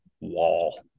wall